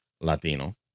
Latino